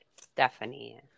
Stephanie